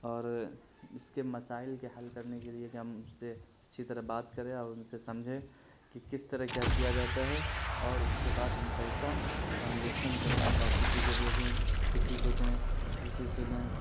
اور اس کے مسائل کے حل کرنے کے لیے کہ ہم اس سے اچھی طرح بات کریں اور ان سے سمجھیں کہ کس طرح کیا کیا جاتا ہے اور اس کے بعد ہم پیسہ ٹرانزیکشن کریں اور کسی کو بھیجیں کسی کو دیں کسی سے لیں